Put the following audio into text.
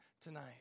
tonight